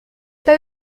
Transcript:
pas